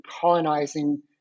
colonizing